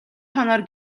тооноор